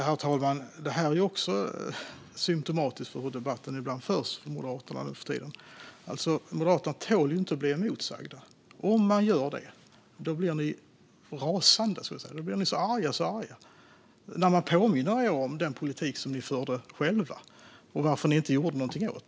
Herr talman! Det här är också symtomatiskt för hur debatten ibland förs bland Moderaterna nuförtiden. Moderaterna tål ju inte att bli motsagda. Om man säger emot blir ni rasande, Maria Malmer Stenergard. Ni blir så arga, så arga när man påminner er om den politik som ni själva förde och när man frågar varför ni inte gjorde någonting åt detta.